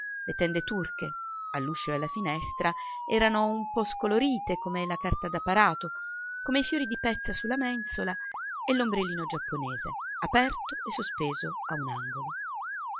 le tende turche all'uscio e alla finestra erano un po scolorite come la carta da parato come i fiori di pezza su la mensola e l'ombrellino giapponese aperto e sospeso a un angolo